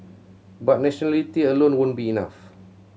but nationality alone won't be enough